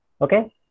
Okay